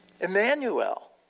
Emmanuel